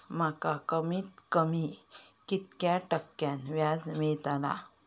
माका कमीत कमी कितक्या टक्क्यान व्याज मेलतला?